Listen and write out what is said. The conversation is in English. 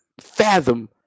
fathom